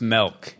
Milk